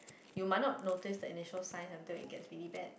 you might not notice that initial sign until you get really bad